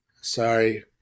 sorry